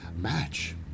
match